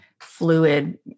fluid